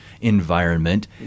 environment